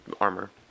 armor